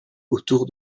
autour